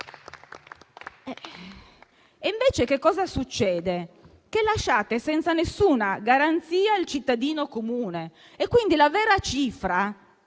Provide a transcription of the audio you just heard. invece, è che lasciate senza nessuna garanzia il cittadino comune e quindi la vera cifra